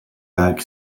back